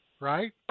right